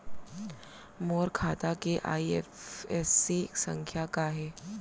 मोर खाता के आई.एफ.एस.सी संख्या का हे?